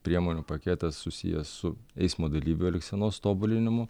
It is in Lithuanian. priemonių paketas susijęs su eismo dalyvių elgsenos tobulinimu